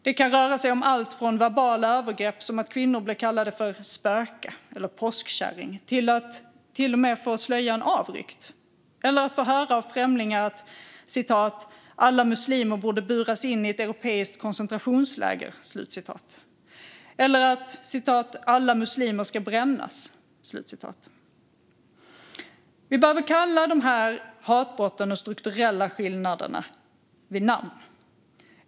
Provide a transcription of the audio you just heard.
Det kan röra sig om allt från verbala övergrepp, som att kvinnor blir kallade för "spöke" eller "påskkärring", till att till och med få slöjan avryckt eller få höra av främlingar att "alla muslimer borde buras in i ett europeiskt koncentrationsläger" eller att "alla muslimer ska brännas". Vi behöver kalla dessa hatbrott och strukturella skillnader vid namn.